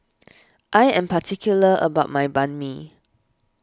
I am particular about my Banh Mi